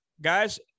guys